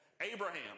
Abraham